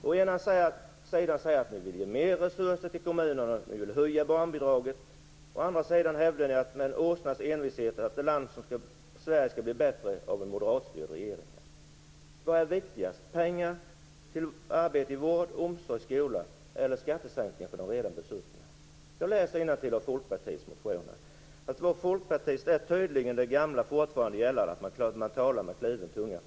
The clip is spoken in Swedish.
Å ena sidan säger ni att ni vill ge mer resurser till kommunerna och höja barnbidraget. Å andra sidan hävdar ni med en åsnas envishet att Sverige skulle bli bättre av en moderatstyrd regering. Vad är viktigast: pengar till arbete i vård, omsorg och skola, eller skattesänkningar för de redan besuttna? När jag läser innantill i Folkpartiets motion finner jag att det tydligen är det gamla som fortfarande skall gälla för Folkpartiet. Man talar med kluven tunga.